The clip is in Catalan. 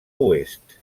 oest